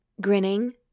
Grinning